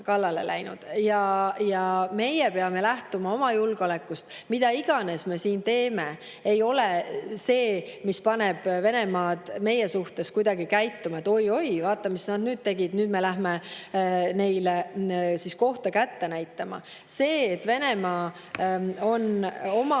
kallale läinud ja meie peame lähtuma oma julgeolekust. See, mida iganes meie siin teeme, ei ole see, mis paneb Venemaad meie suhtes kuidagi käituma. "Oi-oi, vaata, mis nad nüüd tegid. Nüüd me läheme neile kohta kätte näitama." Venemaa on oma